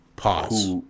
Pause